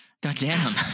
Goddamn